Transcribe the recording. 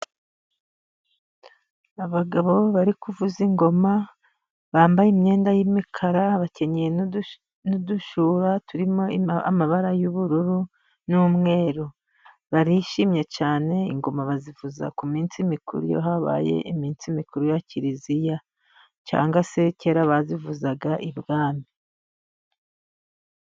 Abagabo bari kuvuza ingoma bambaye imyenda y'imikara bakenyeye n'udushura turimo amabara y'ubururu n'umweru, barishimye cyane ingoma bazivuza ku minsi mikuru, iyo habaye iminsi mikuru ya kiliziya cyangwa se kera bazivuzaga ibwami.